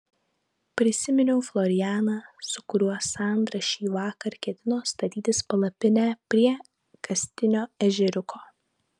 prisiminiau florianą su kuriuo sandra šįvakar ketino statytis palapinę prie kastinio ežeriuko